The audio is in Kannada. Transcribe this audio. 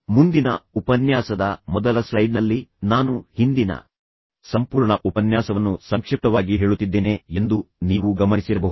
ಮುಂದಿನ ಉಪನ್ಯಾಸದ ಮೊದಲ ಸ್ಲೈಡ್ನಲ್ಲಿ ನಾನು ಹಿಂದಿನ ಸಂಪೂರ್ಣ ಉಪನ್ಯಾಸವನ್ನು ಸಂಕ್ಷಿಪ್ತವಾಗಿ ಹೇಳುತ್ತಿದ್ದೇನೆ ಎಂದು ನೀವು ಗಮನಿಸಿರಬಹುದು